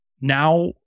now